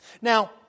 Now